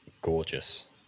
gorgeous